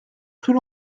plus